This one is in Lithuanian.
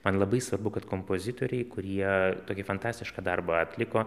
man labai svarbu kad kompozitoriai kurie tokį fantastišką darbą atliko